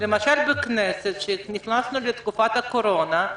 למשל בכנסת כשנכנסנו לתקופת הקורונה,